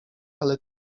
ale